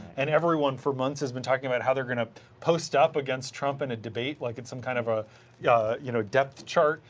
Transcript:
and everyone four months has been talking about how they are going to post up against trump in the debate like it's some kind of ah yeah you know depth chart.